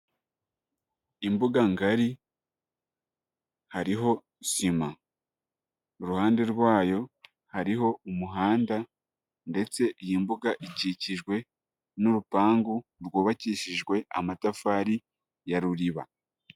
Imbuga ngari hariho sima, iruhande rwayo hariho umuhanda ndetse iyi mbuga ikikijwe n'urupangu rwubakishijwe amatafari ya Ruriba.